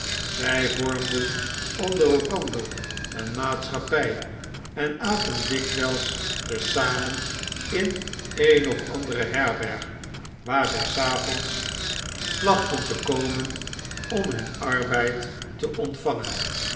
zij vormden onder elkander een maatschappij en aten dikwijls te zamenin een of andere herberg waar zij savonds plachten te komen om hun arbeid te ontvangen